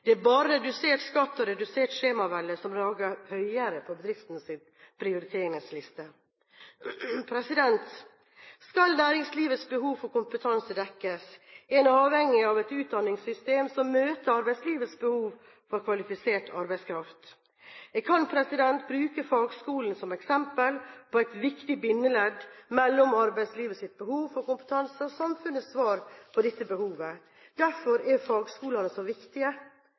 Det er bare redusert skatt og redusert skjemavelde som rager høyere på bedriftenes prioriteringsliste. Skal næringslivets behov for kompetanse dekkes, er en avhengig av et utdanningssystem som møter arbeidslivets behov for kvalifisert arbeidskraft. Jeg kan bruke fagskolene som eksempel på et viktig bindeledd mellom arbeidslivets behov for kompetanse og samfunnets svar på dette behovet. Derfor er fagskolene så viktige.